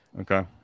Okay